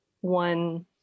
one